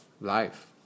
life